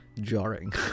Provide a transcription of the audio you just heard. jarring